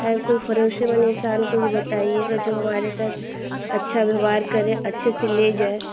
है कोई भरोसेमंद इंसान कुछ बताइएगा जो हमारे साथ अच्छा व्यवहार करे अच्छे से ले जाय